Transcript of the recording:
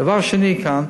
דבר שני כאן,